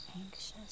anxious